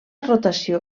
rotació